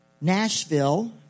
Nashville